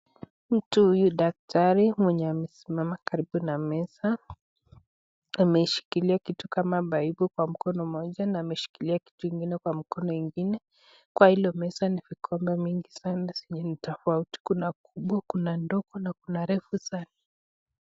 Mtu huyu daktari mwenye amesimama karibu na meza ameishikilia kitu kama paipu kwa mkono moja na ameshikilia kitu ingine kwa mkono ingine, kwa hilo meza ni vikombe mingi sana zenye ni tofauti, kuna kubwa, kuna ndogo na kuna refu sana.